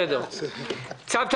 יש לי